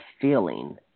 feeling